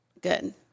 Good